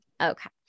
Okay